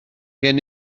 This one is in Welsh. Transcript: gen